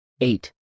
eight